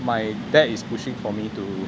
my dad is pushing for me to